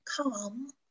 calm